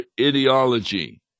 ideology